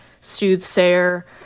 soothsayer